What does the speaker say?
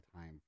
time